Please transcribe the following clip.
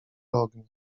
ognia